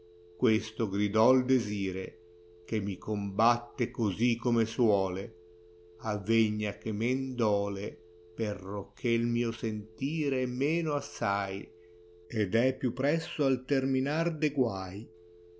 questo gridò il desire gbe mi combatte così come sode avvegna che men dote perocché l mio sentire è meno assaied è più presso al terminar de guai